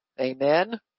amen